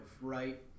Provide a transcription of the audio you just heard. right